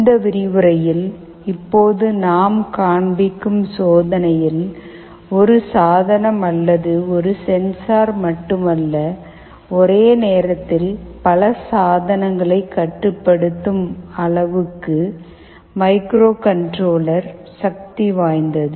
இந்த விரிவுரையில் இப்போது நாம் காண்பிக்கும் சோதனையில் ஒரு சாதனம் அல்லது ஒரு சென்சார் மட்டுமல்ல ஒரே நேரத்தில் பல சாதனங்களை கட்டுப்படுத்தும் அளவுக்கு மைக்ரோகண்ட்ரோலர் சக்தி வாய்ந்தது